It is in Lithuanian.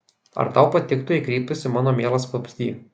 ar tau patiktų jei kreiptųsi mano mielas vabzdy